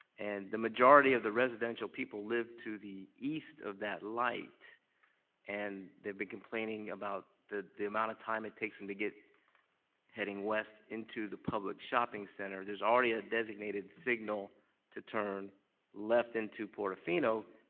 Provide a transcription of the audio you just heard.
and the majority of the residential people live to the east of that light and they have been complaining about the the amount of time it takes them to get heading west into the public shopping center. there's already a designated signal to turn left into porto fino.